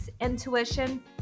intuition